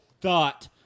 thought